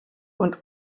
und